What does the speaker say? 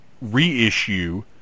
reissue